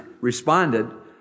responded